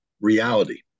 reality